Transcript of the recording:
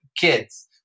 kids